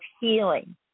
healing